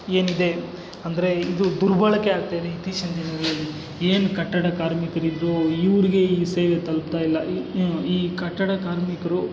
ಏನಿದೆ ಅಂದರೆ ಇದು ದುರ್ಬಳಕೆ ಆಗ್ತಾ ಇದೆ ಇತ್ತೀಚಿನ ದಿನಗಳಲ್ಲಿ ಏನು ಕಟ್ಟಡ ಕಾರ್ಮಿಕರಿದ್ದರು ಇವ್ರಿಗೆ ಈ ಸೇವೆ ತಲುಪ್ತಾ ಇಲ್ಲ ಈ ಈ ಈ ಕಟ್ಟಡ ಕಾರ್ಮಿಕರು